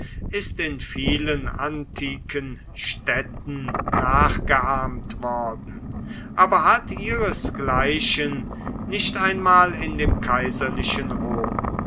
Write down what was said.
ist in vielen antiken städten nachgeahmt worden aber hat ihresgleichen nicht einmal in dem kaiserlichen rom